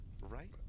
right